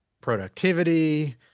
productivity